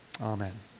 Amen